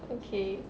okay